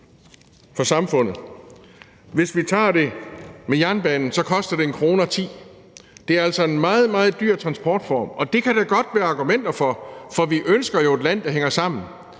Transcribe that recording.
mens det, hvis man tager toget, koster 1 kr. og 10 øre. Det er altså en meget, meget dyr transportform, og det kan der godt være argumenter for, for vi ønsker jo et land, der hænger sammen,